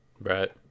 right